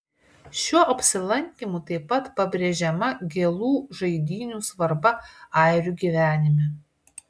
šiuo apsilankymu taip pat pabrėžiama gėlų žaidynių svarba airių gyvenime